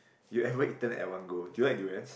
you ever eaten at one go do you like durians